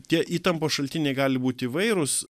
tie įtampos šaltiniai gali būt įvairūs